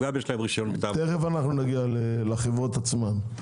תכף נגיע לחברות עצמן.